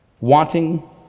wanting